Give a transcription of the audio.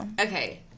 Okay